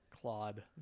Claude